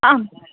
आम्